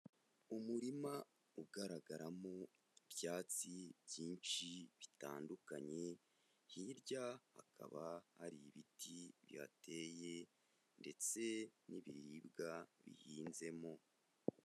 Umurima ugaragaramo ibyatsi byinshi bitandukanye, hirya hakaba hari ibiti bihateye ndetse n'ibiribwa bihinzemo.